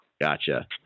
Gotcha